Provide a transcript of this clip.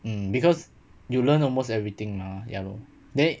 mm because you learn almost everything ah ya lor then